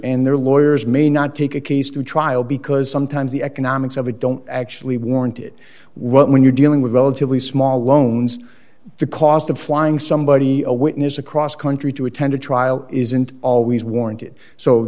and their lawyers may not take a case to trial because sometimes the economics of it don't actually warrant it well when you're dealing with relatively small loans the cost of flying somebody a witness across country to attend a trial isn't always warranted so